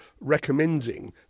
recommending